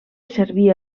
servir